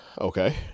Okay